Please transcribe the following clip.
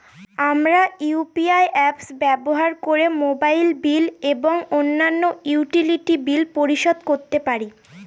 আমরা UPI apps ব্যবহার করে মোবাইল বিল এবং অন্যান্য ইউটিলিটি বিল পরিশোধ করতে পারি